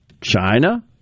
China